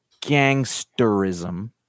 gangsterism